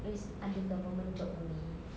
that is under government job only